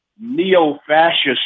neo-fascist